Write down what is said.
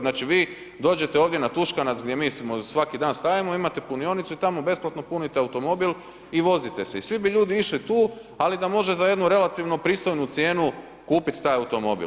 Znači vi dođete ovdje na Tuškanac gdje mi svaki dan stajemo imate punionicu i tamo besplatno punite automobil i vozite se i svi bi ljudi išli tu, ali da može za jednu relativno pristojnu cijenu kupiti taj automobil.